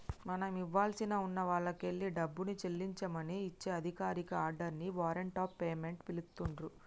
మనం ఇవ్వాల్సి ఉన్న వాల్లకెల్లి డబ్బుని చెల్లించమని ఇచ్చే అధికారిక ఆర్డర్ ని వారెంట్ ఆఫ్ పేమెంట్ పిలుత్తున్రు